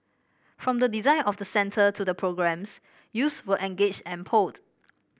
from the design of the centre to the programmes youths were engaged and polled